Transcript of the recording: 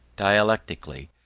dialectically,